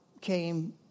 came